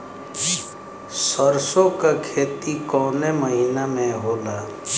सरसों का खेती कवने महीना में होला?